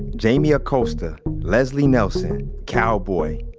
yeah jaime acosta leslie nelson, cowboy,